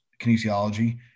kinesiology